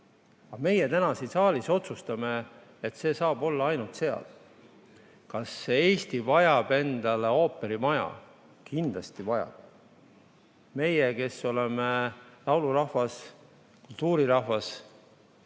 meie täna siin saalis otsustame, et see saab olla ainult seal. Kas Eesti vajab ooperimaja? Kindlasti vajab. Meile, kes me oleme laulurahvas, kultuurrahvas,